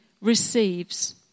receives